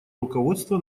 руководство